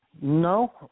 No